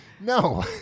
No